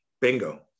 Bingo